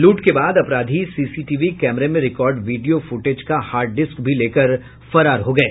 लूट के बाद अपराधी सीसीटीवी कैमरे में रिकार्ड वीडियो फूटेज का हार्ड डिस्क भी लेकर फरार हो गये